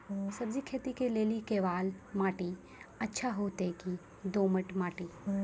सब्जी खेती के लेली केवाल माटी अच्छा होते की दोमट माटी?